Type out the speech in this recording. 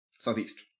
Southeast